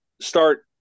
start